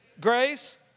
Grace